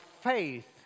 faith